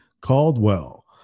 Caldwell